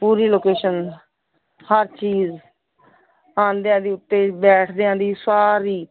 ਪੂਰੀ location ਹਰ ਚੀਜ਼ ਆਉਂਦਿਆਂ ਦੀ ਉੱਤੇ ਬੈਠਦਿਆਂ ਦੀ ਸਾਰੀ